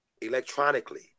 electronically